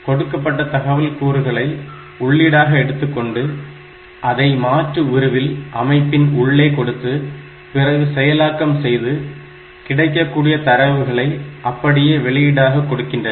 கொடுக்கப்பட்ட தகவல் கூறுகளை உள்ளீடாக எடுத்துக்கொண்டு அதை மாற்று உருவில் அமைப்பின் உள்ளே கொடுத்து பிறகு செயலாக்கம் செய்து கிடைக்கக்கூடிய தரவுகளை அப்படியே வெளியீடாக கொடுக்கின்றன